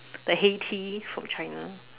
the hey tea from China